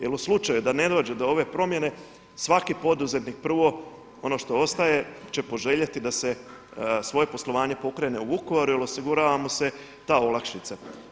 Jer u slučaju da ne dođe do ove promjene svaki poduzetnik prvo, ono što ostaje će poželjeti da svoje poslovanje pokrene u Vukovaru jer osigurava mu se ta olakšica.